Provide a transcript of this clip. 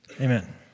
Amen